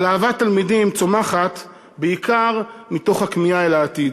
אבל אהבת התלמידים צומחת בעיקר מתוך הכמיהה אל העתיד.